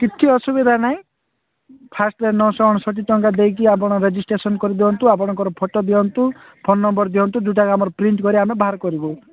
କିଛି ଅସୁବିଧା ନହିଁ ଫାଷ୍ଟରେେ ନଅଶହ ଅଣଷଠି ଟଙ୍କା ଦେଇକି ଆପଣ ରେଜିଷ୍ଟ୍ରେସନ କରିଦିଅନ୍ତୁ ଆପଣଙ୍କର ଫଟୋ ଦିଅନ୍ତୁ ଫୋନ ନମ୍ବର ଦିଅନ୍ତୁ ଯୋଉଟାକି ଆମେ ପ୍ରିଣ୍ଟ କରି ଆମେ ବାହାର କରିବୁ